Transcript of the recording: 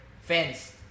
fans